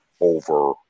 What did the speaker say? over